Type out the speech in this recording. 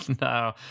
no